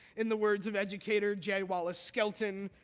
in the words of educator j. wallace skelton,